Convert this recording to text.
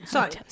Sorry